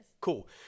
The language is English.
Cool